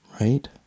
right